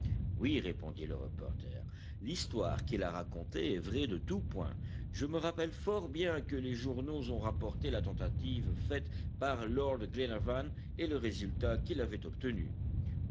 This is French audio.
oui répondit le reporter l'histoire qu'il a racontée est vraie de tous points je me rappelle fort bien que les journaux ont rapporté la tentative faite par lord glenarvan et le résultat qu'il avait obtenu